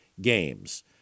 games